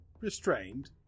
restrained